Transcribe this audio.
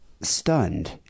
Stunned